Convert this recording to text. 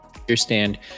understand